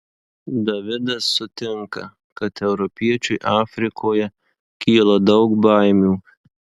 davidas sutinka kad europiečiui afrikoje kyla daug baimių